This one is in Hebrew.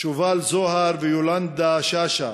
שובל זוהר ויולנדה שאשא.